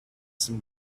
some